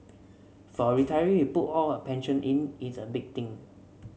for a retiree who put all her pension in it's a big thing